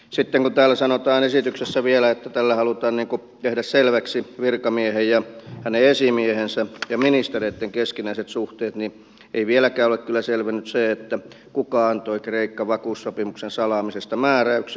sitten kun täällä sanotaan esityksessä vielä että tällä halutaan tehdä selväksi virkamiehen hänen esimiehensä ja ministereitten keskinäiset suhteet niin ei vieläkään ole kyllä selvinnyt se kuka antoi kreikan vakuussopimuksen salaamisesta määräyksen